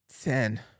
Ten